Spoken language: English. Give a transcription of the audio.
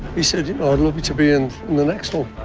he said ah it'll be to be in in the next door